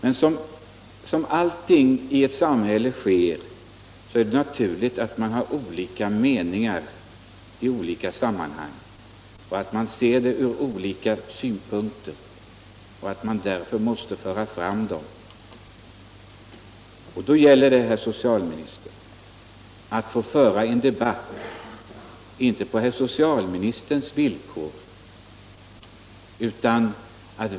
Men som det alltid sker i ett samhälle är det naturligt att man har olika meningar, att man ser frågorna från olika synpunkter och att man på denna grund därför måste föra fram dem. Då gäller det, herr socialminister, att få föra en debatt — inte på herr socialministerns villkor.